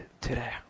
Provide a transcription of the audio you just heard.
today